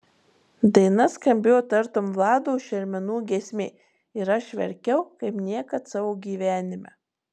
daina skambėjo tartum vlado šermenų giesmė ir aš verkiau kaip niekad savo gyvenime